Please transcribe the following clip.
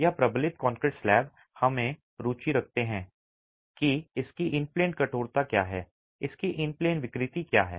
यह प्रबलित concrete slab हम रुचि रखते हैं कि इसकी इन प्लेन कठोरता क्या है इसकी इन प्लेन विकृति क्या है